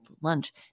lunch